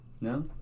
No